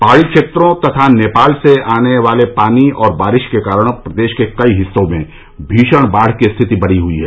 पहाडी क्षेत्रों तथा नेपाल से आने वाले पानी और बारिश के कारण प्रदेश के कई हिस्सों में भीषण बाढ की स्थिति बनी हुई है